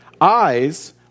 eyes